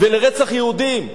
ולרצח יהודים,